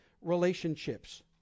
relationships